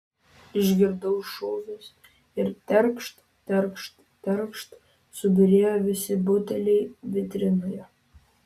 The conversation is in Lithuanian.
išgirdau šūvius ir terkšt terkšt terkšt subyrėjo visi buteliai vitrinoje